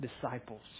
disciples